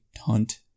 Hunt